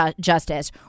justice